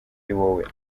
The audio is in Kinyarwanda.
wowe